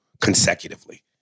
consecutively